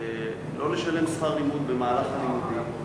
לא לשלם שכר לימוד במהלך הלימודים,